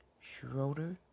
Schroeder